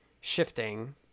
shifting